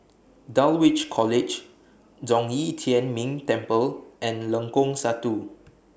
Dulwich College Zhong Yi Tian Ming Temple and Lengkong Satu